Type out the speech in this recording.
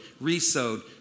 re-sowed